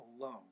alone